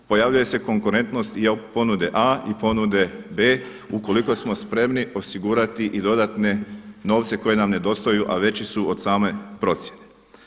Pojavljuje se konkurentnost i ponude a i ponude b ukoliko smo spremni osigurati i dodatne novce koji nam nedostaju, a veći su od same procjene.